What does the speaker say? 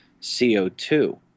CO2